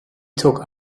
took